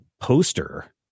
poster